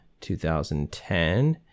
2010